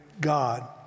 God